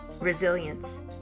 resilience